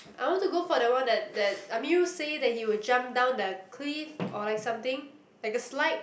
I want to go for the one that that Amirul say that he will jump down the cliff or like something like a slide